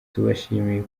tubashimiye